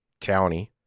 townie